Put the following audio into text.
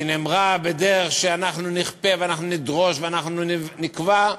והיא נאמרה בדרך של "אנחנו נכפה" ו"אנחנו נדרוש" ו"אנחנו נקבע"